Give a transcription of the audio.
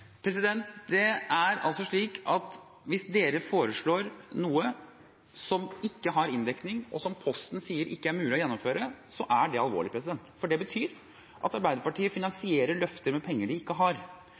som ikke har inndekning, og som Posten sier ikke er mulig å gjennomføre, er det alvorlig. For det betyr at